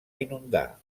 inundar